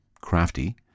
Crafty